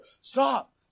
stop